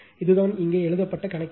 இதுதான் இங்கே எழுதப்பட்ட கணக்கீடு